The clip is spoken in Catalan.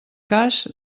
cas